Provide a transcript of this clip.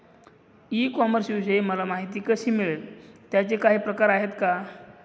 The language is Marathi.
ई कॉमर्सविषयी मला माहिती कशी मिळेल? त्याचे काही प्रकार आहेत का?